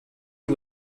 you